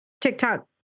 TikTok